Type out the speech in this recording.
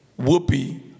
Whoopi